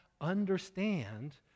understand